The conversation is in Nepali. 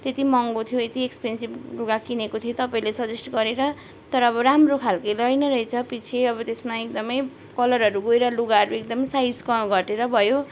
त्यति महँगो थियो यति एक्सपेन्सिभ लुगा किनेको थिएँ तपाईँले सजेस्ट गरेर अब राम्रो खालको रहेनरहेछ पछि अब त्यसमा एकदमै कलरहरू गएर लुगाहरू एकदमै साइजको घटेर भयो